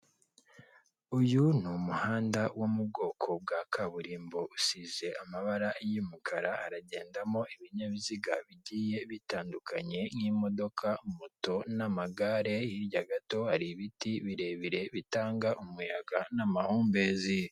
Uyu ni umuhanda wo mu bwoko bwa kaburimbo usize amabara y'umukara, haragendamo ibinyabiziga bigiye bitandukanye nk'imodoka moto n'amagare, hirya gato hari ibiti birebire bitanga umuyaga n'amahumbezi.